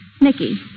Nikki